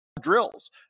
drills